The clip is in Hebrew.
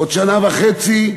עוד שנה וחצי,